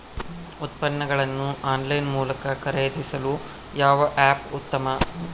ಉತ್ಪನ್ನಗಳನ್ನು ಆನ್ಲೈನ್ ಮೂಲಕ ಖರೇದಿಸಲು ಯಾವ ಆ್ಯಪ್ ಉತ್ತಮ?